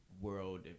world